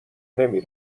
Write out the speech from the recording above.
نمی